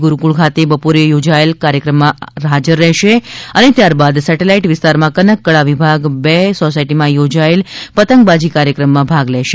ગુરુકુળ ખાતે બપોરે યોજાયેલા કાર્યક્રમ માં હાજર રહેશે ને ત્યારબાદ સેટેલાઈટ વિસ્તાર માં કનકકળા વિભાગ બે સોસાયટીમાં યોજાયેલા પતંગબાજી કાર્યક્રમ માં ભાગ લેશે